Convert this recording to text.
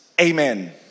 Amen